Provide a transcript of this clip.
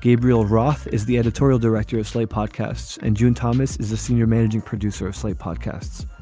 gabriel roth is the editorial director of slate podcasts and june thomas is a senior managing producer of slate podcasts.